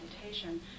meditation